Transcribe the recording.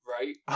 right